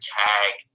tag